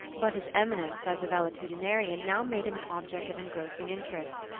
but his eminence as a valetudinarian now made him an object of engrossing interest,